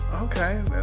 Okay